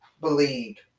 believed